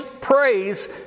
praise